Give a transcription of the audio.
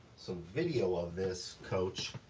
some video of this coach,